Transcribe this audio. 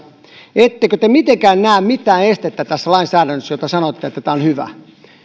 ettekö te mitenkään näe mitään estettä tässä lainsäädännössä josta sanotte että tämä on hyvä